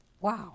Wow